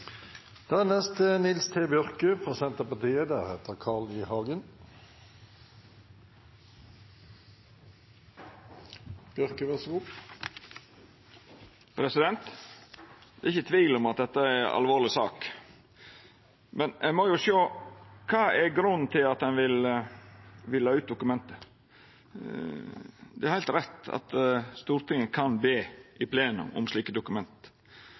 Det er ingen tvil om at dette er ei alvorleg sak, men ein må jo sjå på kva som er grunnen til at ein vil ha ut dokumentet. Det er heilt rett at Stortinget i plenum kan be om slike dokument,